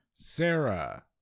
Sarah